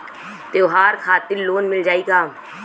त्योहार खातिर लोन मिल जाई का?